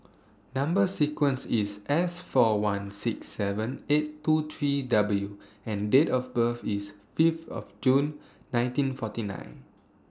Number sequence IS S four one six seven eight two three W and Date of birth IS Fifth of June nineteen forty nine